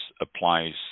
applies